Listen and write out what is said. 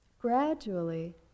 Gradually